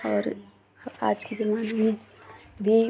और आज के ज़माने में भी